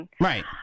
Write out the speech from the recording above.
Right